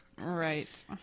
Right